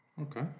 Okay